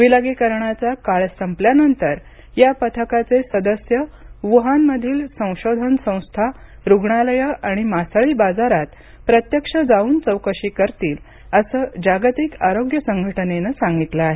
विलगीकरणाचा काळ संपल्यानंतर या पथकाचे सदस्य वुहानमधील संशोधन संस्था रुग्णालयं आणि मासळी बाजारात प्रत्यक्ष जाऊन चौकशी करतील असं जागतिक आरोग्य संघटनेनं सांगितलं आहे